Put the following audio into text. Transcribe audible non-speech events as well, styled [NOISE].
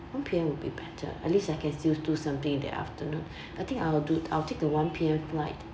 one P_M will be better at least I can still do something in the afternoon [BREATH] I think I will do I will take the one P_M flight